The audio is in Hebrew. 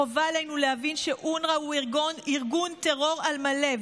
חובה עלינו להבין שאונר"א הוא ארגון טרור על מלא,